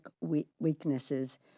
weaknesses